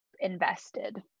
invested